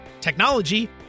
technology